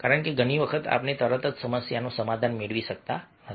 કારણ કે ઘણી વખત આપણે તરત જ સમસ્યાનું સમાધાન મેળવી શકતા નથી